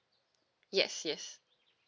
yes yes